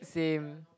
same